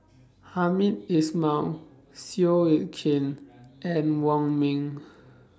Hamed Ismail Seow Yit Kin and Wong Ming